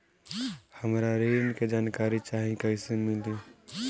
हमरा ऋण के जानकारी चाही कइसे मिली?